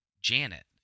Janet